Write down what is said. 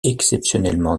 exceptionnellement